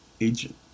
agent